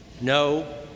no